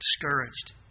discouraged